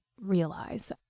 realize